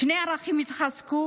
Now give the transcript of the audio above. שני ערכים שהחזיקו